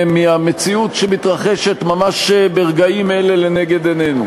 מהמציאות שמתרחשת ממש ברגעים אלה לנגד עינינו.